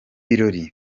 birori